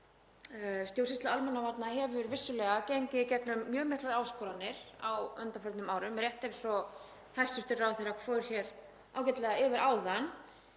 Stjórnsýsla almannavarna hefur vissulega gengið í gegnum mjög miklar áskoranir á undanförnum árum, rétt eins og hæstv. ráðherra fór ágætlega yfir áðan